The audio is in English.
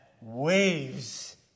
waves